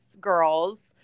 girls